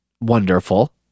wonderful